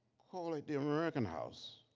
call it the american house.